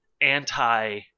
anti